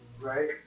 Right